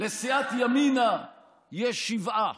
לסיעת ימינה יש שבעה,